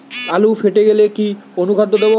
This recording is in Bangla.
আলু ফেটে গেলে কি অনুখাদ্য দেবো?